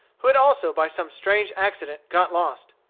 who had also by some strange accident got lost.